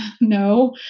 no